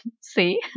See